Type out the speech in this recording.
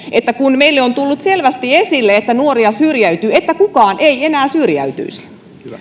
kun meille on tullut selväksi että nuoria syrjäytyy että kukaan ei enää syrjäytyisi